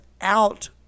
out